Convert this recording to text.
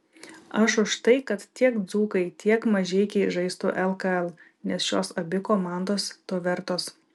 aš už tai kad tiek dzūkai tiek mažeikiai žaistų lkl nes šios abi komandos to vertos